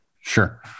Sure